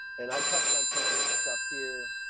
and i touched on some of this stuff here,